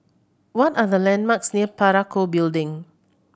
what are the landmarks near Parakou Building